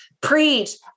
preach